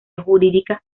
jurídica